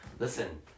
Listen